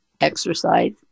exercise